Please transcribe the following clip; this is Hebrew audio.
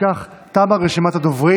אם כך, תמה רשימת הדוברים.